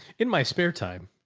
in my spare time.